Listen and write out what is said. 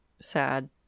sad